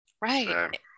Right